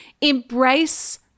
Embrace